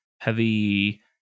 heavy